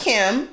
Kim